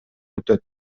өтөт